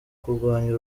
kurwanya